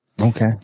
Okay